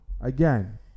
again